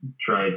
try